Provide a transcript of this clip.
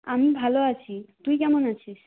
আমি ভালো আছি তুই কেমন আছিস